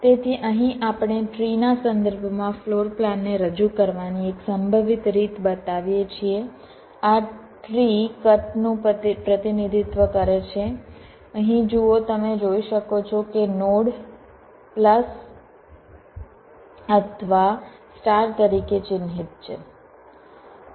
તેથી અહીં આપણે ટ્રી ના સંદર્ભમાં ફ્લોરપ્લાનને રજૂ કરવાની એક સંભવિત રીત બતાવીએ છીએ આ ટ્રી કટનું પ્રતિનિધિત્વ કરે છે અહીં જુઓ તમે જોઈ શકો છો કે નોડ પ્લસ અથવા સ્ટાર તરીકે ચિહ્નિત છે